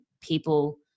people